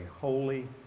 holy